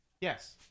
yes